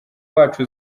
wacu